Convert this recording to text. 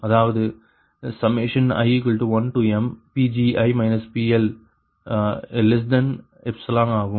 அதாவது i1mPgi PLϵ ஆகும்